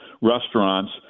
restaurants